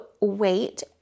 wait